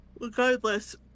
Regardless